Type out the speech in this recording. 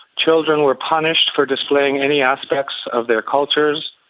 children were punished for displaying any aspects of their cultures,